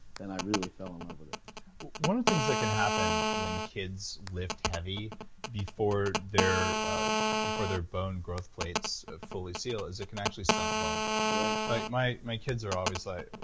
then i really fell in love with it one of the things that can happen when kids lift heavy before their ah before their bone growth plates fully seal is it can actually stunt bone growth right like my my kids are always like,